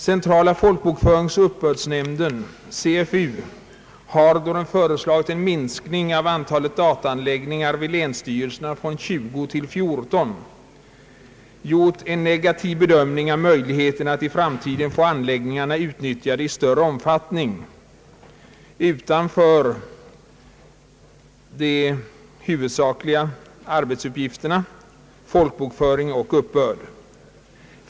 Centrala folkbokföringsoch uppbördsnämnden, CFU, har då den föreslagit en minskning av antalet dataanläggningar vid länsstyrelserna från 20 till 14 gjort en negativ bedömning av möjligheterna att i framtiden få anläggningarna utnyttjade i större omfattning för arbetsuppgifter utöver de huvudsakliga, folkbokföring och uppbörd.